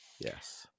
Yes